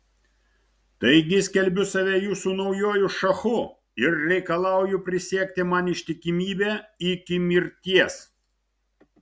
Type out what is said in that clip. taigi skelbiu save jūsų naujuoju šachu ir reikalauju prisiekti man ištikimybę iki mirties